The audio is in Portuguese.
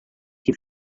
que